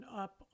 up